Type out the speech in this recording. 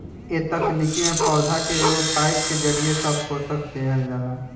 ए तकनीक में पौधा के एगो पाईप के जरिये सब पोषक देहल जाला